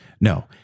No